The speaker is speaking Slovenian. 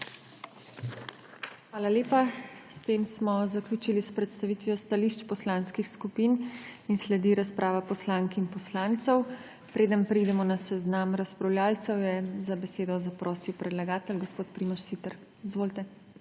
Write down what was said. Hvala lepa. Zaključili smo predstavitev stališč poslanskih skupin. Sledi razprava poslank in poslancev. Preden preidemo na seznam razpravljavcev, je za besedo zaprosil predlagatelj, gospod Primož Siter. Izvolite.